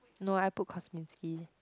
no I put Kozminski